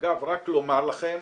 אגב, רק לומר לכם,